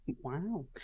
Wow